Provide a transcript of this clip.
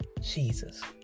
Jesus